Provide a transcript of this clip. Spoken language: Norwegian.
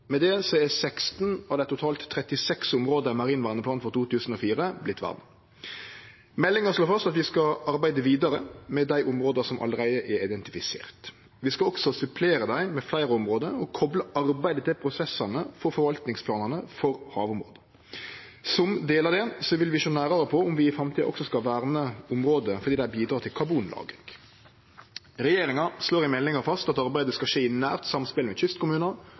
Med det er 16 av dei totalt 36 områda i marin verneplan for 2004 vortne verna. Meldinga slår fast at vi skal arbeide vidare med dei områda som allereie er identifiserte. Vi skal også supplere dei med fleire område og kople arbeidet til prosessane for forvaltningsplanane for havområda. Som del av det vil vi sjå nærare på om vi i framtida også skal verne område fordi dei bidrar til karbonlagring. Regjeringa slår i meldinga fast at arbeidet skal skje i nært samspel med kystkommunane